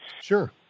Sure